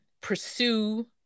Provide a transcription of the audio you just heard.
pursue